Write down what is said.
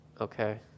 Okay